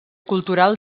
cultural